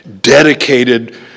dedicated